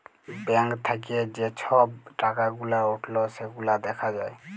bank থাক্যে যে সব টাকা গুলা উঠল সেগুলা দ্যাখা যায়